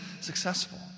successful